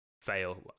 fail